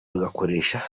bagakoresheje